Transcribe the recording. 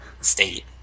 state